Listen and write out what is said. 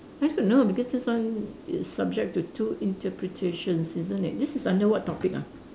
nice to know because this one is subject to two interpretations isn't it this is under what topic ah